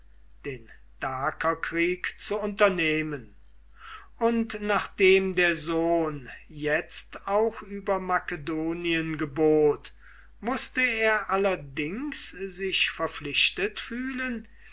den dakerkrieg zu unternehmen und nachdem der sohn jetzt auch über makedonien gebot mußte er allerdings sich verpflichtet fühlen